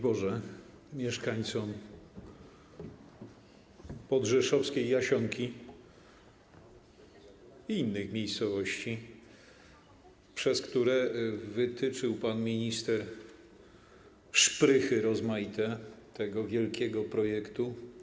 Boże mieszkańcom podrzeszowskiej Jasionki i innych miejscowości, przez które wytyczył pan minister szprychy rozmaite tego wielkiego projektu!